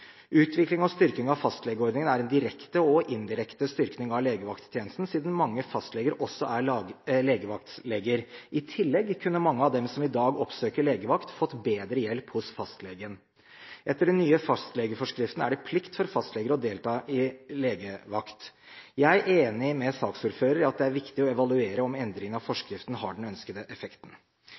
Utvikling og styrking av fastlegeordningen er en direkte og indirekte styrking av legevakttjenesten, siden mange fastleger også er legevaktleger. I tillegg kunne mange av dem som i dag oppsøker legevakt, fått bedre hjelp hos fastlegen. Etter den nye fastlegeforskriften er det plikt for fastleger til å delta i legevakt. Jeg er enig med saksordføreren i at det er viktig å evaluere om endringene i forskriften har den ønskede effekten.